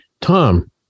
tom